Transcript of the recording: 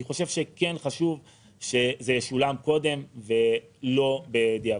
אני חושב שכן חשוב שזה ישולם קודם ולא בדיעבד.